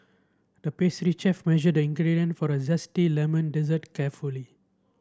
the pastry chef measured the ingredient for the zesty lemon dessert carefully